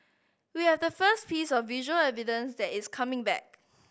we have the first piece of visual evidence that is coming back